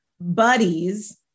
buddies